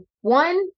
one